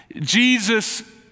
Jesus